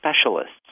specialists